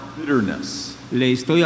bitterness